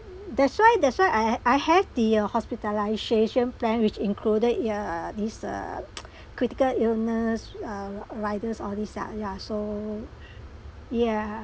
that's why that's why I I I have the uh hospitalisation plan which included ill~ uh this uh critical illness uh riders all these ya ya so yeah